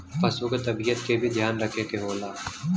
पसु क तबियत के भी ध्यान रखे के होला